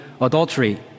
adultery